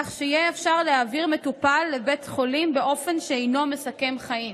כך שיהיה אפשר להעביר מטופל לבית חולים באופן שאינו מסכן חיים.